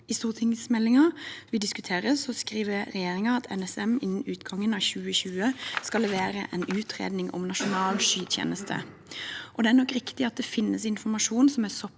I stortingsmeldingen vi diskuterer, skriver regjeringen at NSM innen utgangen av 2022 skal levere en utredning om nasjonal skytjeneste. Det er nok riktig at det finnes informasjon som er så pass